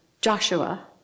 Joshua